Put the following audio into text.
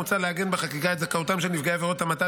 מוצע לעגן בחקיקה את זכאותם של נפגעי עבירות המתה